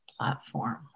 platform